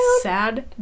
Sad